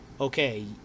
okay